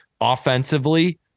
offensively